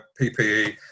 PPE